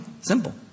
Simple